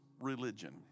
religion